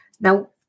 Now